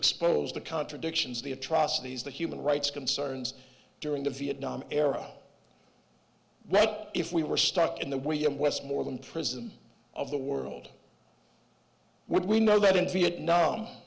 expose the contradictions the atrocities the human rights concerns during the vietnam era but if we were stuck in the way in west more than prism of the world would we know that in vietnam